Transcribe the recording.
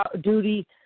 duty